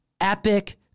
epic